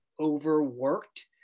overworked